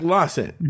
Lawson